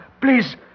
please